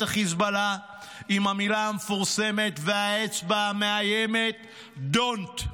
החיזבאללה עם המילה המפורסמת והאצבע המאיימת: Don’t.